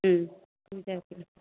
হ্যাঁ ঠিক আছে